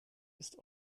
ist